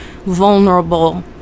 vulnerable